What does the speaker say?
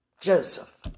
Joseph